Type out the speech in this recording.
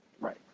Right